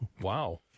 Wow